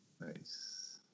Nice